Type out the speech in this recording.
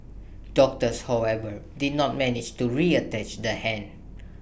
doctors however did not manage to reattach the hand